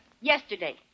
yesterday